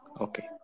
Okay